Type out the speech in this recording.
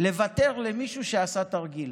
לוותר למישהו שעשה תרגיל.